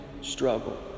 struggle